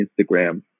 Instagram